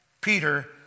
Peter